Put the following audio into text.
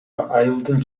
айылдын